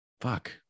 fuck